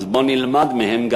אז בוא נלמד מהם,